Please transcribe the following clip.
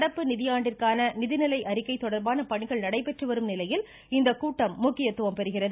நடப்பு நிதியாண்டிற்கான நிதிநிலை அறிக்கை தொடர்பான பணிகள் நடைபெற்று வரும் நிலையில் இக்கூட்டம் முக்கியத்துவம் பெறுகிறது